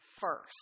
first